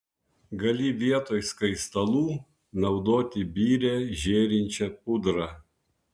gali vietoj skaistalų naudoti birią žėrinčią pudrą